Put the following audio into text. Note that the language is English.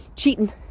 cheating